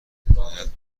باید